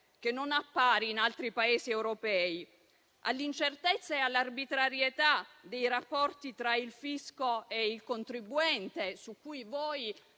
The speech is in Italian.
che non appare in altri Paesi europei, all'incertezza e all'arbitrarietà dei rapporti tra il fisco e il contribuente) voi